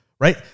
right